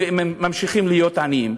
וממשיכים להיות עניים.